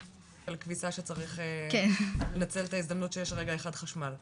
-- של כביסה שצריך לנצל את ההזדמנות שיש רגע אחד חשמל.